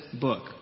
book